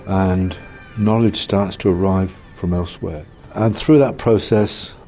and knowledge starts to arrive from elsewhere, and through that process,